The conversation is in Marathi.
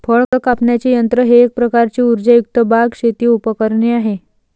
फळ कापण्याचे यंत्र हे एक प्रकारचे उर्जायुक्त बाग, शेती उपकरणे आहे